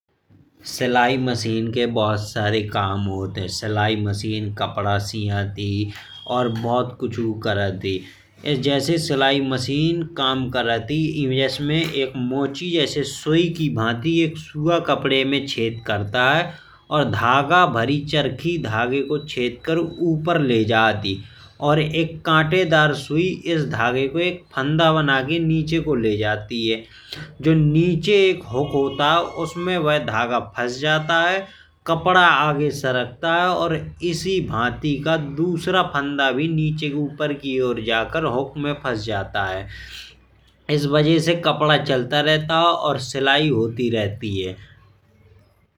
सिलाई मशीन के बहुत सारे काम होते हैं। सिलाई मशीन कपडा सियात ही और बहुत कुछ करत है। जैसी सिलाई मशीन काम करती है। इसमें एक मोची जैसी सुई की भांति सुआ कपड़े में छेद किया जाता है। और धागा भारी चरखी कपड़े को छेदकर धागा ऊपर ले जाती है और एक कांटेदार सुई इस धागे को फंडा बनाकर ले जाती है। जो नीचे एक हुक हॉट है उसमें वह धागा फंस जाता है और कपड़ा आगे बढ़ता है। इसी भाटी का दूसरा फंडा नीचे ऊपर की और जाकर हुक में फंस जाता है। क्या वजह से कपड़ा चलता रहता है और सिलाई होती रहती है।